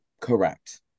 correct